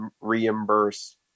reimburse